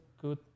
good